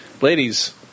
Ladies